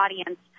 audience